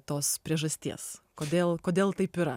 tos priežasties kodėl kodėl taip yra